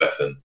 Bethan